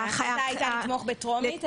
ההחלטה היתה לתמוך בטרומית,